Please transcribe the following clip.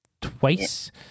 twice